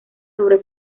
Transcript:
sobre